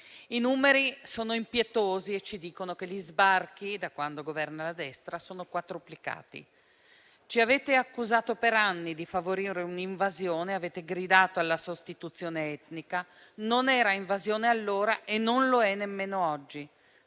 i numeri sono impietosi e ci dicono che gli sbarchi, da quando governa la destra, sono quadruplicati. Ci avete accusato per anni di favorire un'invasione e avete gridato alla sostituzione etnica: non era invasione allora e non lo è nemmeno oggi.